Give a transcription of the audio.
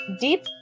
deep